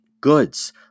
goods